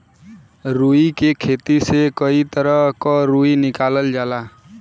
रुई के खेती से कई तरह क रुई निकालल जाला